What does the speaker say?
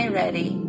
ready